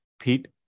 Pete